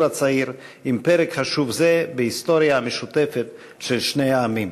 הצעיר עם פרק חשוב זה בהיסטוריה המשותפת של שני העמים.